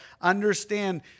understand